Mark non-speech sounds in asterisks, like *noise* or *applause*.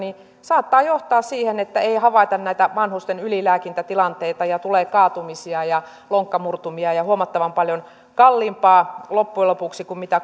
saattaa johtaa siihen että ei havaita näitä vanhusten ylilääkintätilanteita ja tulee kaatumisia ja lonkkamurtumia ja on huomattaman paljon kalliimpaa loppujen lopuksi kuin mitä *unintelligible*